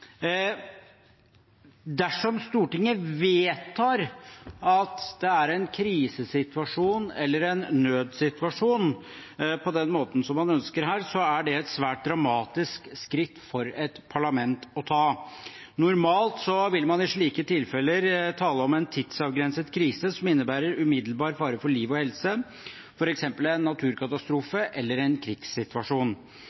Dersom Stortinget vedtar at det er en krisesituasjon eller en nødssituasjon på den måten man ønsker her, er det et svært dramatisk skritt for et parlament å ta. Normalt vil man i slike tilfeller tale om en tidsavgrenset krise som innebærer umiddelbar fare for liv og helse, f.eks. en